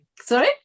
Sorry